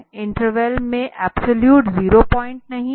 interval में absolute zero point नहीं है